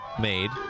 made